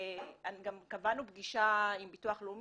גם קבענו פגישה עם ביטוח לאומי,